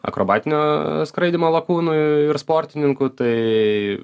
akrobatinio skraidymo lakūnu ir sportininku tai